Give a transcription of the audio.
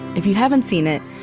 if you haven't seen it,